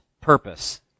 purpose